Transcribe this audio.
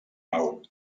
nou